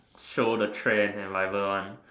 show the trend and whatever one